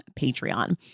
Patreon